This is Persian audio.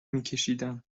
میکشیدم